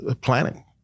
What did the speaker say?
planning